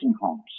homes